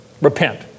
Repent